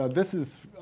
this is,